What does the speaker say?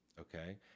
okay